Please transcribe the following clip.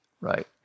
right